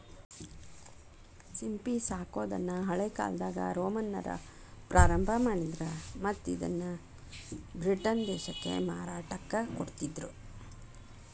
ಸಿಂಪಿ ಸಾಕೋದನ್ನ ಹಳೇಕಾಲ್ದಾಗ ರೋಮನ್ನರ ಪ್ರಾರಂಭ ಮಾಡಿದ್ರ ಮತ್ತ್ ಇವನ್ನ ಬ್ರಿಟನ್ ದೇಶಕ್ಕ ಮಾರಾಟಕ್ಕ ಕೊಡ್ತಿದ್ರು